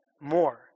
more